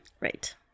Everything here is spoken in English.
Right